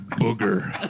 Booger